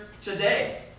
today